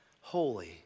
holy